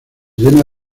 llena